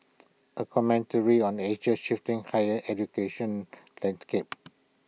A commentary on Asia shifting higher education landscape